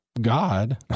God